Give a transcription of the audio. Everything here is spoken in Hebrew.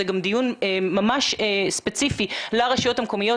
גם דיון ממש ספציפי לרשויות המקומיות,